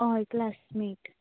हय क्लासमेट